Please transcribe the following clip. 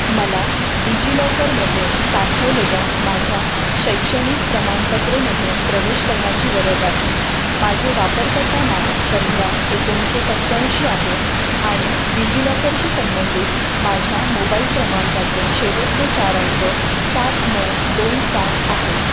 मला डिजिलॉकरमध्ये साठवलेल्या माझ्या शैक्षणिक प्रमाणपत्रेमध्ये प्रवेश करण्याची गरज आहे माझे वापरकर्ता नाव संध्या एकोणीशे सत्त्याऐंशी आहे आणि डिजिलॉकरशी संबंधित माझ्या मोबाईल क्रमांकाचे शेवटचे चार अंक सात नऊ दोन सात आहेत